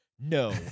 No